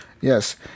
Yes